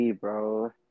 bro